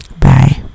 Bye